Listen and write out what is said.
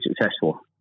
successful